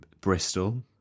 Bristol